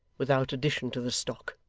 without addition to the stock